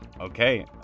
okay